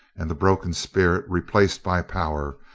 and the broken spirit replaced by power,